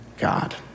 God